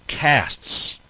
casts